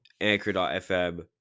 anchor.fm